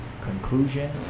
Conclusion